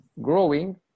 growing